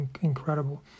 incredible